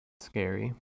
Scary